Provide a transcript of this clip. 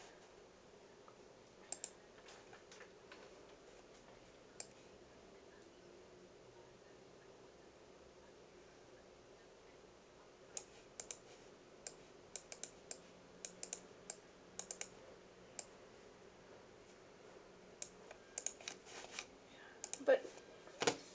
but